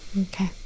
Okay